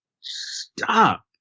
Stop